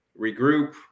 regroup